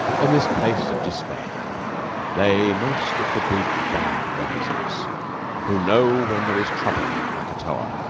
on this place of despair lay most of the big, bad geysers who know when there is trouble in krakatoa,